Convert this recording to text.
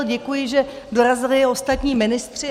Děkuji, že dorazili i ostatní ministři.